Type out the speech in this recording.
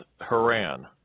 Haran